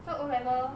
so O level